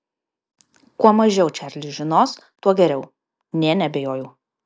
kuo mažiau čarlis žinos tuo geriau nė neabejojau